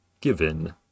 given